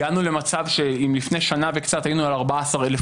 הגענו למצב שאם לפני שנה וקצת היינו על 14 אלף